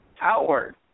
outward